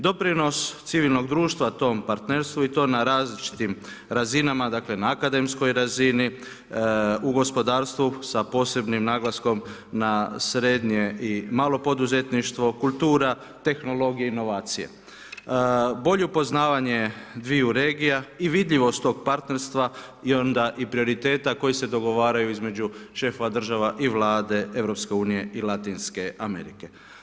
Doprinos civilnog društva tom partnerstvu i to na različitim razinama, dakle na akademskoj razini, u gospodarstvu sa posebnim naglaskom na srednje i malo poduzetništvo, kultura, tehnologija, inovacije, bolje upoznavanje dviju regija i vidljivost tog partnerstva je onda i prioritet koji se dogovaraju između šefova država i Vlade EU-a i Latinske Amerike.